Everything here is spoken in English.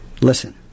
listen